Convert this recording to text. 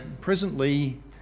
presently